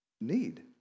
need